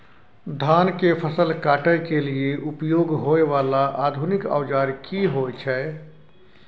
धान के फसल काटय के लिए उपयोग होय वाला आधुनिक औजार की होय छै?